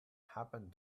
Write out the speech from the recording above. happened